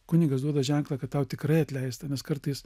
kunigas duoda ženklą kad tau tikrai atleista nes kartais